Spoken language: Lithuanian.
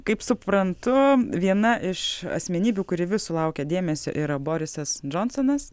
kaip suprantu viena iš asmenybių kuri vis sulaukia dėmesio yra borisas džonsonas